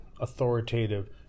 authoritative